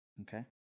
Okay